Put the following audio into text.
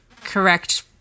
Correct